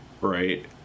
right